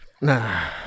nah